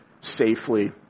safely